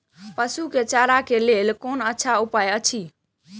पशु के चारा के लेल कोन अच्छा उपाय अछि?